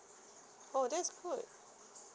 oh that is good